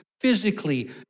physically